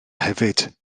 hefyd